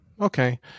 Okay